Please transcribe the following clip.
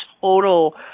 total